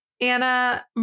Anna